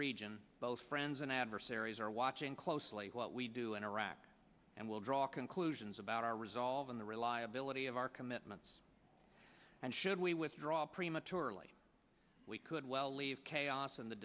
region both friends and adversaries are watching closely what we do in iraq and will draw conclusions about our resolve in the reliability of our commitments and should we withdraw prematurely we could well leave chaos in the